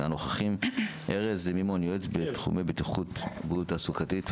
ארז מימון, יועץ בתחומי בטיחות ובריאות תעסוקתית.